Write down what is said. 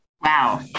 wow